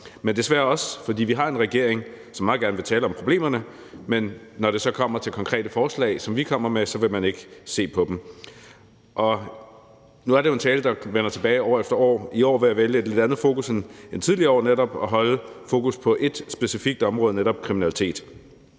vi desværre har en regering, som meget gerne vil tale om problemerne, men når det så kommer til konkrete forslag, som vi kommer med, så vil man ikke se på dem. Nu er det jo en tale, der vender tilbage år efter år, men i år vil jeg vælge et lidt andet fokus end de tidligere år; jeg vil netop holde fokus på ét specifikt område, nemlig kriminalitet.